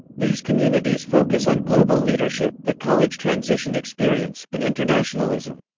these communities focus on global leadership, the college transition experience, and internationalism.